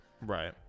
Right